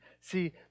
See